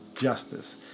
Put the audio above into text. justice